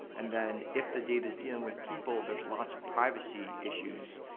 and then, if the data is dealing with people, there are lots of privacy issues.